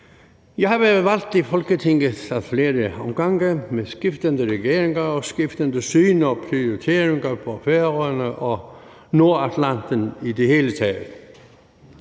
Jeg har været valgt til Folketinget ad flere omgange, med skiftende regeringer og skiftende syn på og prioriteringer i forhold til Færøerne og Nordatlanten i det hele taget.